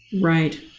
right